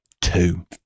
two